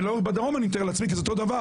ולא בדרום אני מתאר לעצמי כי זה אותו דבר.